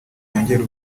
byongera